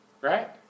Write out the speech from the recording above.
right